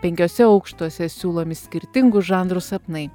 penkiuose aukštuose siūlomi skirtingų žanrų sapnai